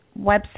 website